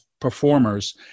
performers